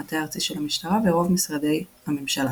המטה הארצי של המשטרה ורוב משרדי הממשלה.